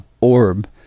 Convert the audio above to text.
orb